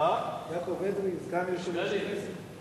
סגן יושב-ראש הכנסת?